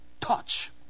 touch